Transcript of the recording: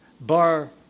Bar